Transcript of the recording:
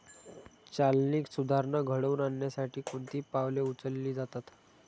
चालनीक सुधारणा घडवून आणण्यासाठी कोणती पावले उचलली जातात?